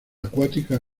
acuática